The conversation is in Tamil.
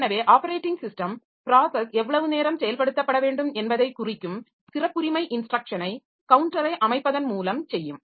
எனவே ஆப்பரேட்டிங் ஸிஸ்டம் ப்ராஸஸ் எவ்வளவு நேரம் செயல்படுத்தப்பட வேண்டும் என்பதை குறிக்கும் சிறப்புரிமை இன்ஸ்ட்ரக்ஷனை கவுண்டரை அமைப்பதன் மூலம் செய்யும்